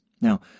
Now